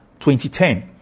2010